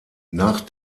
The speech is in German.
nach